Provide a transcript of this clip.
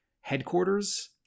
headquarters